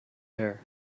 there